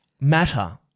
matter